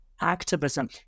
activism